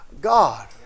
God